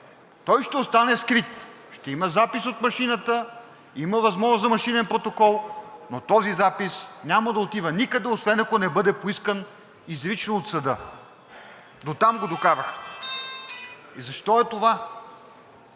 той ще остане скрит. Ще има запис от машината, има възможност за машинен протокол, но този запис няма да отива никъде, освен ако не бъде поискан изрично от съда – дотам го докараха. И защо е това?